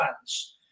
fans